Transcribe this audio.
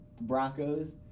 Broncos